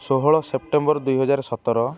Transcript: ଷୋହଳ ସେପ୍ଟେମ୍ବର ଦୁଇ ହଜାର ସତର